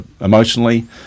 emotionally